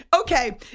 Okay